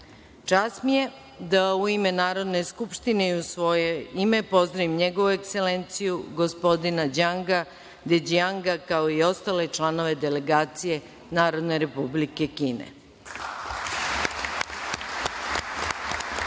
mi je da, u ime Narodne skupštine i u svoje ime, pozdravim NJegovu Ekselenciju gospodina DŽanga Deđianga, kao i ostale članove delegacije Narodne Republike Kine.